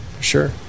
Sure